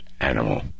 animal